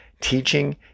teaching